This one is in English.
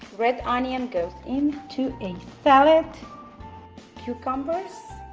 red onion goes in to a salad cucumbers